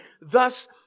Thus